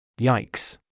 Yikes